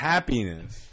Happiness